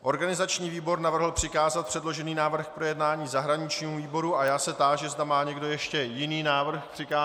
Organizační výbor navrhl přikázat předložený návrh k projednání zahraničnímu výboru a já se táži, zda má někdo ještě jiný návrh k přikázání.